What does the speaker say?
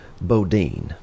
Bodine